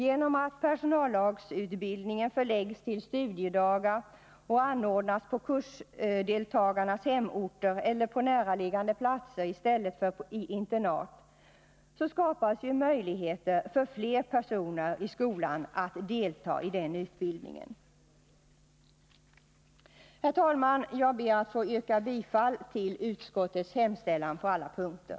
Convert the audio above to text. Genom att personallagsutbildningen förläggs till studiedagar och 11 december 1980 anordnas på kursdeltagarnas hemorter eller på näraliggande platser i stället för i internat skapas ju möjligheter för fler personer i skolan att delta i den Besparingar i utbildningen. statsverksamheten, Herr talman! Jag ber att få yrka bifall till utskottets hemställan på alla, m. punkter.